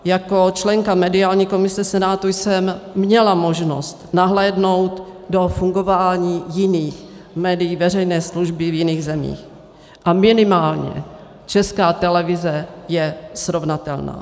Jako členka mediální komise Senátu jsem měla možnost nahlédnout do fungování jiných médií veřejné služby v jiných zemích a minimálně Česká televize je srovnatelná.